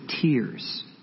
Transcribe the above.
tears